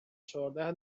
چهارده